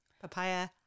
papaya